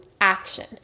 action